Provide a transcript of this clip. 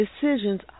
decisions